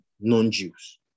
non-Jews